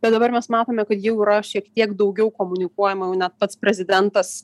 bet dabar mes matome kad jau yra šiek tiek daugiau komunikuojama jau net pats prezidentas